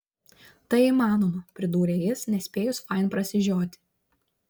tai įmanoma pridūrė jis nespėjus fain prasižioti